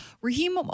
Raheem